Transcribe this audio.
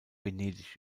venedig